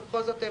ובכל זאת,